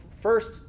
first